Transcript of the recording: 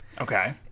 Okay